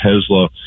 Tesla